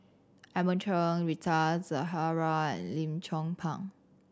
Edmund Chen Rita Zahara and Lim Chong Pang